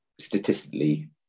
statistically